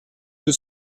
deux